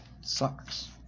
sucks